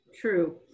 true